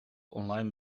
online